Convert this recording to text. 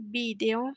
video